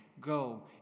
go